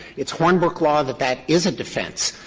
it's hornbook law that that is a defense.